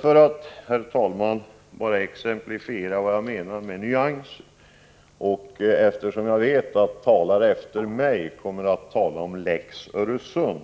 För att exemplifiera vad jag menar med nyanser, och eftersom jag vet att talare efter mig kommer att tala om lex Öresund,